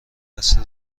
عصر